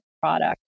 product